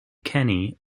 command